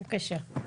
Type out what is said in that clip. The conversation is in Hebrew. בבקשה.